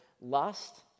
lust